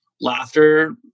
laughter